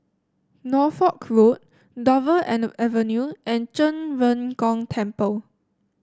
Norfolk Road Dover Avenue and Zhen Ren Gong Temple